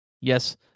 Yes